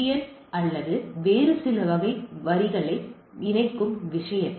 என் அல்லது வேறு சில வகை வரிகளை இணைக்கும் விஷயத்தில்